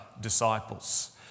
disciples